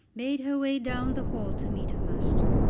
made her way down the hall to meet her master.